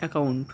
account